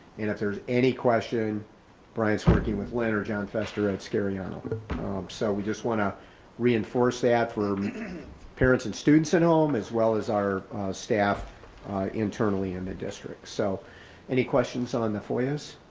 and if there's any question brian's working with leona john fester at scarron. so we just wanna reinforce that for parents and students at home as well as our staff internally in the district. so any questions on the foils?